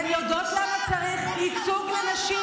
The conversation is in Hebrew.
מה היית אומר אז?